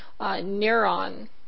Neuron